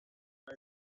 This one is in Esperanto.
kaj